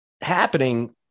happening